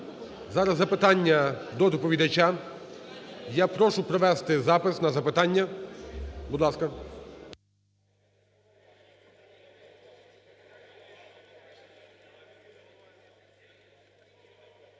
Зараз запитання до доповідача. Я прошу провести запис на запитання. Будь ласка.